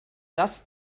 das